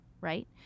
right